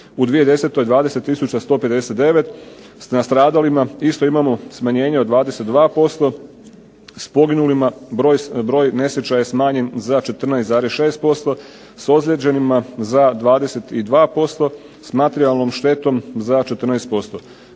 u 2010. 20 tisuća 159, na stradalima isto imamo smanjenje od 22%, s poginulima broj nesreća je smanjen za 14,6%, s ozlijeđenima za 22%, s materijalnom štetom za 14%.